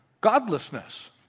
godlessness